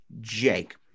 Jake